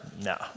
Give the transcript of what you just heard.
No